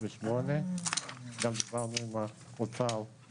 188. גם דיברנו עם האוצר,